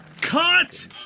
cut